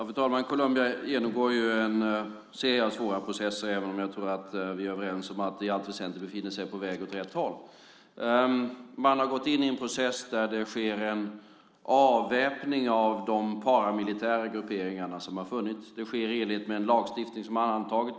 Fru talman! Colombia genomgår en serie svåra processer, även om jag tror att vi är överens om att landet i allt väsentligt är på väg åt rätt håll. Landet har gått in i en process där en avväpning av de paramilitära grupperingarna sker. Det sker i enlighet med en lagstiftning som antagits.